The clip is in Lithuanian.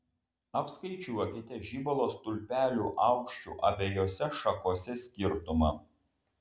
apskaičiuokite žibalo stulpelių aukščių abiejose šakose skirtumą